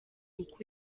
uko